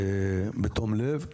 בתום לב,